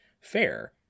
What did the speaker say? fair